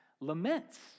Laments